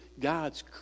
God's